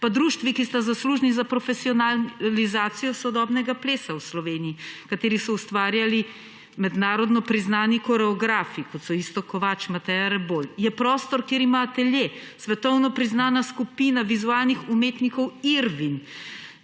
pa društvi, ki sta zaslužni za profesionalizacijo sodobnega plesa v Sloveniji, v katerih so ustvarjali mednarodno priznani koreografi, kot so Iztok Kovač, Mateja Rebol. Je prostor, kjer ima atelje svetovno priznana skupina vizualnih umetnikov Irwin,